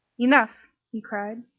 enough! he cried.